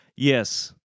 Yes